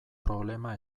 problema